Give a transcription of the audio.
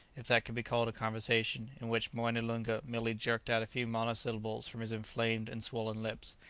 if that could be called a conversation in which moene loonga merely jerked out a few monosyllables from his inflamed and swollen lips.